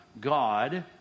God